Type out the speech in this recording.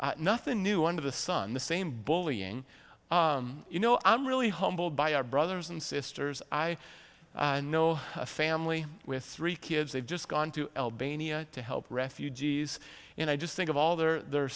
s nothing new under the sun the same bullying you know i'm really humbled by our brothers and sisters i know a family with three kids they've just gone to albania to help refugees and i just think of all they're